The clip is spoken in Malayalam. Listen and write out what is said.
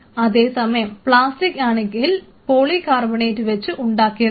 അതേസമയം പ്ലാസ്റ്റിക് ആണെങ്കിൽ പോളികാർബണേറ്റ് വെച്ച് ഉണ്ടാക്കിയതാണ്